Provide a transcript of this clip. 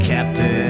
Captain